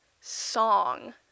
song